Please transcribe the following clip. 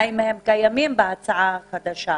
האם הם קיימים בהצעה החדשה?